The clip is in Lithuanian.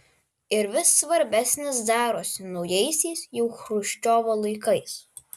ir vis svarbesnis darosi naujaisiais jau chruščiovo laikais